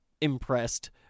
impressed